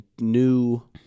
new